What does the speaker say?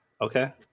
Okay